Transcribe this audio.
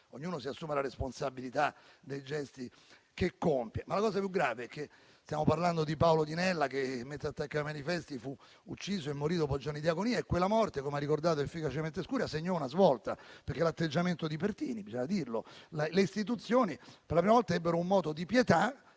ognuno si assuma la responsabilità dei gesti che compie. Stiamo parlando di Paolo Di Nella, che mentre attaccava dei manifesti fu ucciso e morì dopo giorni di agonia. Quella morte, come ha ricordato efficacemente Scurria, segnò una svolta per l'atteggiamento di Pertini - bisogna dirlo - perché le istituzioni per la prima volta ebbero un moto di pietà,